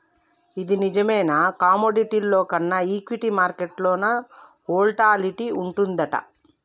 ఇది నిజమేనా కమోడిటీల్లో కన్నా ఈక్విటీ మార్కెట్లో సాన వోల్టాలిటీ వుంటదంటగా